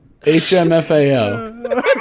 HMFAO